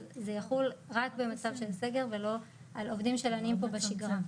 אז זה יחול רק במצב של סגר ולא על עובדים שלנים פה בשגרה.